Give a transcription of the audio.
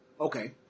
Okay